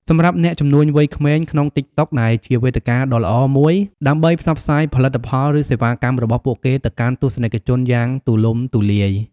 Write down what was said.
សម្រាប់អ្នកជំនួញវ័យក្មេងក្នុងតិកតុកដែលជាវេទិកាដ៏ល្អមួយដើម្បីផ្សព្វផ្សាយផលិតផល ឬសេវាកម្មរបស់ពួកគេទៅកាន់ទស្សនិកជនយ៉ាងទូលំទូលាយ។